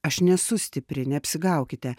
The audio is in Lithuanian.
aš nesu stipri neapsigaukite